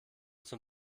zum